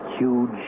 huge